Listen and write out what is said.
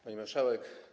Pani Marszałek!